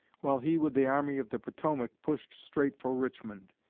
while he, with the army of the potomac, pushed straight for richmond.